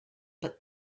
but